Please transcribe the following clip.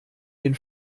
den